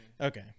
Okay